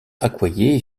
accoyer